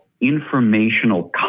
informational